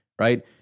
right